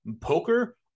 poker